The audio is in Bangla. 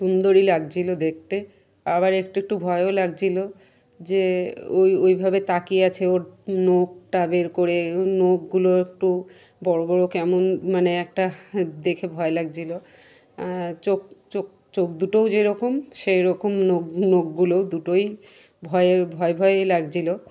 সুন্দরই লাগছিলো দেখতে আবার একটু একটু ভয়ও লাগছিলো যে ওই ওইভাবে তাকিয়ে আছে ওর নখটা বের করে ওর নখগুলো একটু বড়ো বড়ো কেমন মানে একটা দেখে ভয় লাগছিল চোখ চোখ চোখ দুটোও যেরকম সেই রকম নো নখগুলোও দুটোই ভয়ে ভয় ভয়েই লাগছিলো